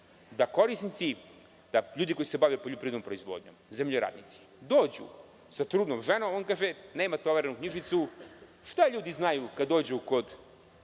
da korisnici, ljudi koji se bave poljoprivrednom proizvodnjom, zemljoradnici, dođu sa trudnom ženom a oni mu kažu – nemate overenu knjižicu. Šta ljudi znaju kad dođu kod